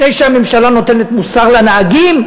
לפני שהממשלה נותנת מוסר לנהגים,